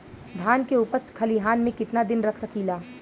धान के उपज खलिहान मे कितना दिन रख सकि ला?